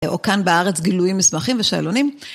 או כאן בארץ גילויים אזרחים ושאלונים.